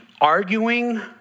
arguing